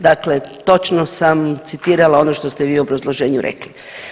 Dakle, točno sam citirala ono što ste vi u obrazloženju rekli.